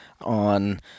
on